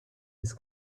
his